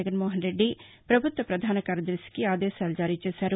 జగన్మోహన్రెడ్డి పభుత్వ పధాన కార్యదర్శికి ఆదేశాలు జారీచేశారు